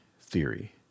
theory